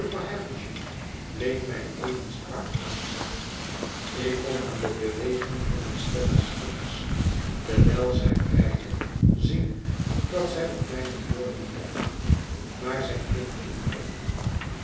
bleef mij even strak aanzien ik kon aan de beweging van estella's vingers terwijl zij breide zien dat zij op mijne woorden lette maar zij keek niet op